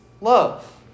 love